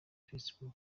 facebook